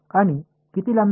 आणि किती लांबी